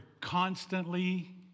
constantly